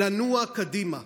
ולנוע קדימה.